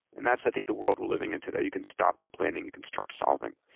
and that's, i think, the world we're living in today. you can stop complaining. you can start solving.